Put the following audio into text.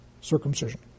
circumcision